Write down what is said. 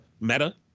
Meta